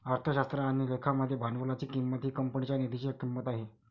अर्थशास्त्र आणि लेखा मध्ये भांडवलाची किंमत ही कंपनीच्या निधीची किंमत आहे